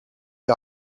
die